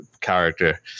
character